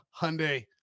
hyundai